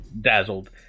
dazzled